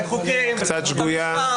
שגוייה, קצת שגוייה.